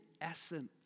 essence